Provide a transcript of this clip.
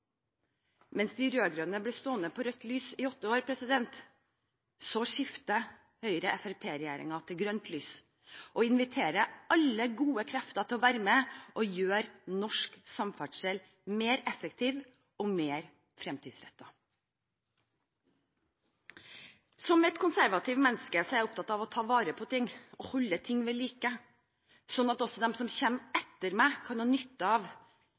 Mens de rød-grønne ble stående på rødt lys i åtte år, så skifter Høyre–Fremskrittsparti-regjeringen til grønt lys og inviterer alle gode krefter til å være med på å gjøre norsk samferdsel mer effektiv og mer fremtidsrettet. Som et konservativt menneske er jeg opptatt av å ta vare på ting og holde ting ved like, slik at også de som kommer etter meg kan ha nytte av